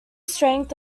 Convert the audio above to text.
strength